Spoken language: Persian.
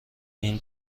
این